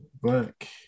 black